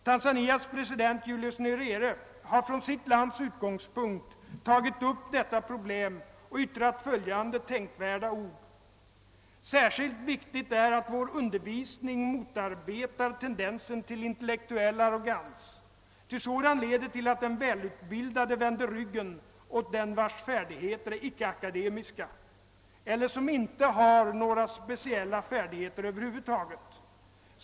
Tanzanias president Julius Nyerere har från sitt lands utgångspunkt tagit upp detta problem och yttrat följande tänkvärda ord: »Särskilt viktigt är att vår undervisning motarbetar tendensen till intellektuell arrogans, ty sådan leder till att den välutbildade vänder ryggen åt den vars färdigheter är ickeakademiska eller som inte har några speciella färdigheter över huvud taget.